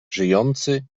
żyjący